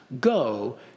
go